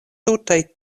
tutaj